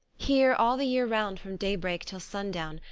here all the year round from daybreak till sundown,